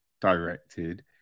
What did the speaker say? directed